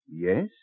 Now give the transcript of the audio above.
Yes